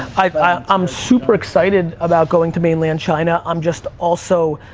i'm super excited about going to mainland china, i'm just also,